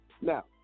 Now